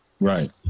Right